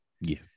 Yes